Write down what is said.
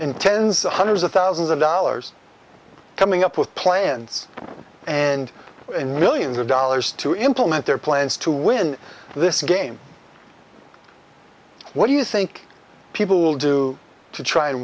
in tens or hundreds of thousands of dollars coming up with plans and in millions of dollars to implement their plans to win this game what do you think people will do to try and